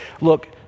look